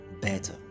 better